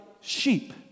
sheep